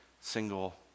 single